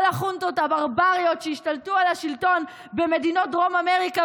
כל החונטות הברבריות שהשתלטו על השלטון במדינות דרום אמריקה